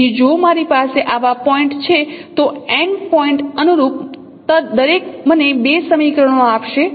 તેથી જો મારી પાસે આવા પોઇન્ટ છે તો n પોઇન્ટ અનુરૂપ દરેક મને બે સમીકરણો આપશે